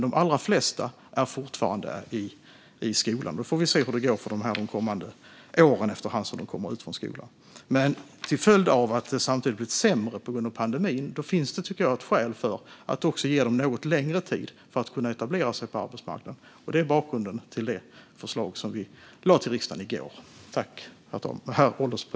De allra flesta är fortfarande i skolan, så vi får se hur det går för dem de kommande åren allteftersom de kommer ut från skolan. Till följd av att det samtidigt har blivit sämre på grund av pandemin finns det skäl, tycker jag, för att också ge dem något längre tid för att kunna etablera sig på arbetsmarknaden. Det är bakgrunden till det förslag som vi lade fram till riksdagen i går.